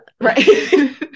Right